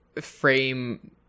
frame